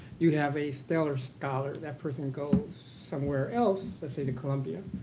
you have a stellar scholar. that person goes somewhere else, and let's say to columbia